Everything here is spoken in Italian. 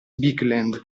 bigland